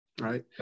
right